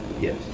Yes